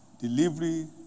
Delivery